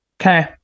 Okay